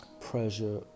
pressure